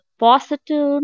positive